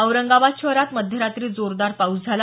औरंगाबाद शहरात मध्यरात्री जोरदार पाऊस झाला